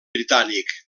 britànic